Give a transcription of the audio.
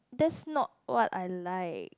that's not what I like